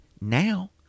now